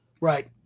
Right